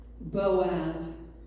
boaz